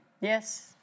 Yes